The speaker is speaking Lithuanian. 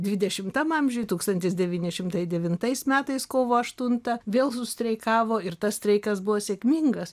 dvidešimtam amžiuj tūkstantis devyni šimtai devintais metais kovo aštuntą vėl sustreikavo ir tas streikas buvo sėkmingas